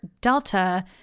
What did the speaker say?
Delta